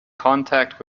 contact